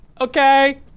Okay